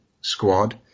squad